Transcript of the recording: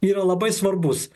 yra labai svarbus